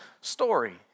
story